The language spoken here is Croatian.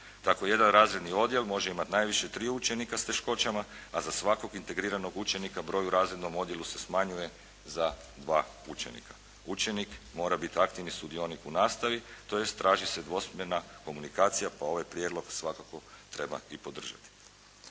Tako jedan razredni odjel može imati najviše 3 učenika s teškoćama, a za svakog integriranog učenika broj u razrednom odjelu se smanjuje za 2 učenika. Učenik mora biti aktivni sudionik u nastavi, tj. traži se dvosmjerna komunikacija, pa ovaj prijedlog treba svakako i podržati.